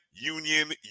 Union